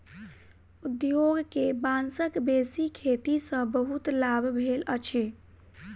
उद्योग के बांसक बेसी खेती सॅ बहुत लाभ भेल अछि